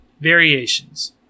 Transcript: Variations